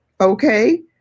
Okay